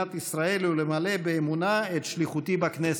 למדינת ישראל ולמלא באמונה את שליחותי בכנסת".